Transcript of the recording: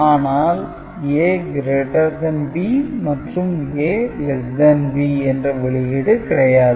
ஆனால் A B மற்றும் A B என்ற வெளியீடு கிடையாது